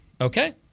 Okay